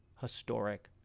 historic